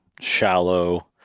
shallow